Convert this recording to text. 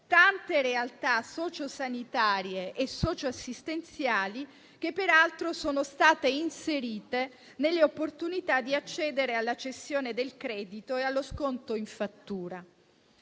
tante realtà sociosanitarie e socioassistenziali che, peraltro, sono state inserite nelle opportunità di accedere alla cessione del credito e allo sconto in fattura.